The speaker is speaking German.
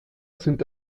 sind